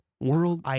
World